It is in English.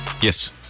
Yes